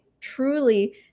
truly